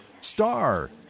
Star